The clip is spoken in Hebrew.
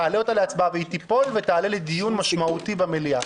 תעלה אותה להצבעה והיא תיפול ותעלה לדיון משמעותי במליאה,